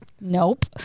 Nope